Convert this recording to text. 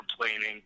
complaining